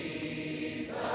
Jesus